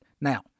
Now